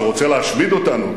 שרוצה להשמיד אותנו,